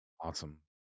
awesome